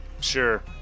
sure